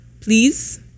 Please